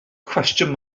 cwestiwn